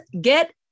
get